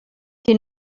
qui